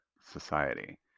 society